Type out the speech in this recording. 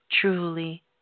truly